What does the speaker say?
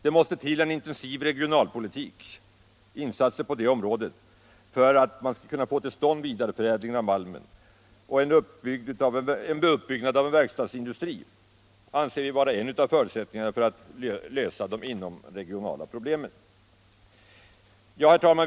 Det måste till en intensiv regionalpolitik med insatser för vidareförädling av malmen. En uppbyggnad av t.ex. en verkstadsindustri anser vi vara en av förutsättningarna för att lösa de inomregionala problemen. Herr talman!